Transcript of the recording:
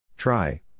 Try